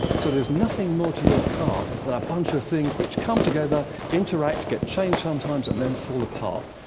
so there's nothing more to your car than a bunch of things which come together, interact, get changed sometimes, and then fall apart.